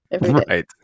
Right